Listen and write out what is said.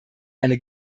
eine